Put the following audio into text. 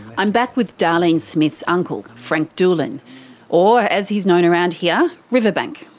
i'm back with darlene smith's uncle, frank doolan or, as he's known around here, riverbank.